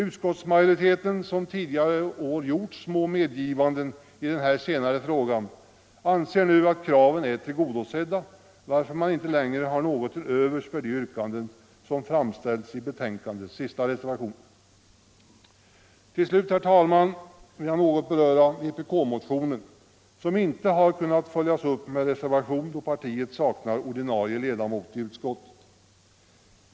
Utskottsmajoriteten, som tidigare år gjort små medgivanden i den senare frågan, anser nu att kraven är tillgodosedda, varför man inte längre har något till övers för de yrkanden som framställts i betänkandets sista reservation. Till slut, herr talman, vill jag något beröra vpk-motionen, som inte har kunnat följas upp med någon reservation, då partiet saknar ordinarie ledamot i utskottet.